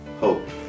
hope